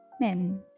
men